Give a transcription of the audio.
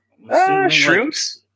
Shrooms